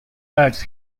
urged